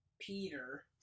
Peter